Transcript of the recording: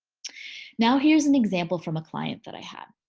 now, here's an example from a client that i had.